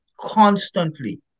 constantly